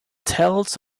tells